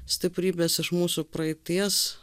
stiprybės iš mūsų praeities